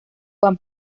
juan